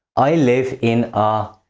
i live in a.